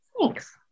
Thanks